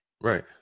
Right